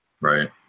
Right